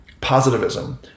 positivism